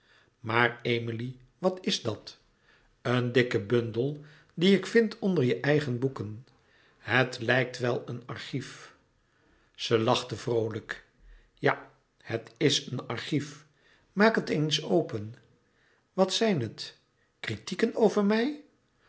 maar emilie wat is dat een dikke bundel dien ik vind onder je eigen boeken het lijkt wel een archief zij lachte vroolijk ja het is een archief maak het eens open wat zijn het kritieken over mij